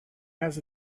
has